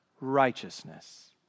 righteousness